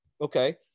Okay